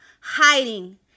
hiding